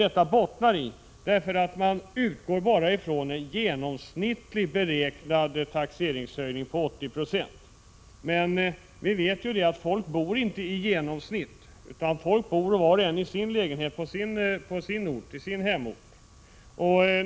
Det bottnar i att man enbart utgår ifrån en genomsnittligt beräknad taxeringshöjning på 80 96. Men vi vet ju att folk inte bor i genomsnitt, utan var och en bor i sin lägenhet i sin hemort.